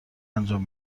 انجام